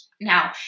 Now